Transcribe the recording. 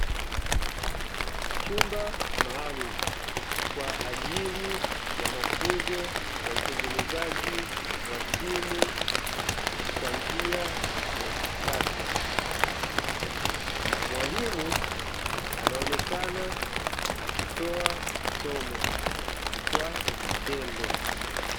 Chumba maalumu kwa ajili ya mafunzo ya utengenezaji wa simu kwa njia ya kisasa, mwalimu anaonekana akitoa somo kwa vitendo.